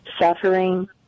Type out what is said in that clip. suffering